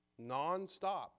nonstop